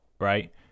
Right